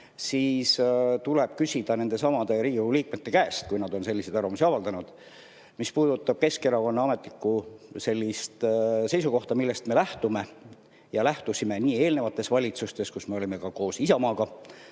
tuleb küsida nendesamade Riigikogu liikmete käest, kes on selliseid arvamusi avaldanud. Mis puudutab Keskerakonna ametlikku seisukohta, millest me lähtume ja lähtusime ka eelnevates valitsustes, kus me olime ka koos Isamaaga,